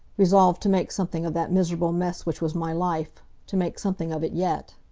resolved to make something of that miserable mess which was my life to make something of it yet.